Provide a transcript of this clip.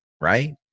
right